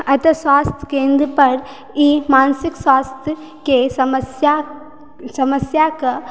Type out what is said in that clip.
एतऽ स्वास्थ्य केन्द्र पर ई मानसिक स्वास्थ्यके समस्याके